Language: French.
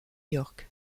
york